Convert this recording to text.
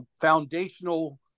foundational